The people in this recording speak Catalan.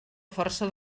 força